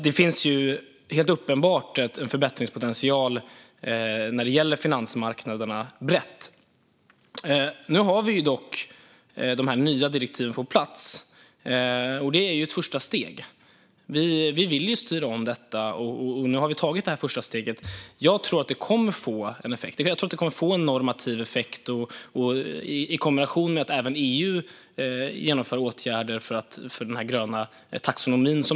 Det finns helt uppenbart en förbättringspotential när det gäller finansmarknaderna. Nu finns dock de nya direktiven på plats, och det är ett första steg. Vi vill styra om detta, och nu har vi tagit det första steget. Jag tror att det kommer att få en normativ effekt, i kombination med att även EU genomför åtgärder för den gröna taxonomin.